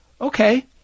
Okay